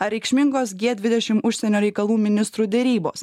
ar reikšmingos gie dvidešim užsienio reikalų ministrų derybos